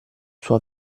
sua